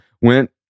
went